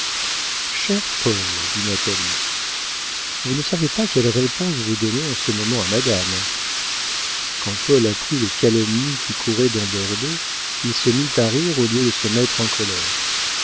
paul dit natalie vous ne savez pas quelle réponse vous donnez en ce moment à madame quand paul apprit les calomnies qui couraient dans bordeaux il se mit à rire au lieu de se mettre en colère